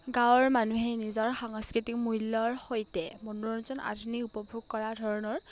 গাঁৱৰ মানুহে নিজৰ সাংস্কৃতিক মূল্যৰ সৈতে মনোৰঞ্জন আধুনিক উপভোগ কৰা ধৰণৰ